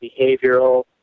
behavioral